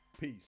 Peace